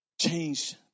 Change